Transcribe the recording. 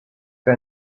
für